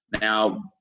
Now